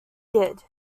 did